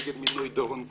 נגד מינוי דורון כהן.